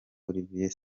olivier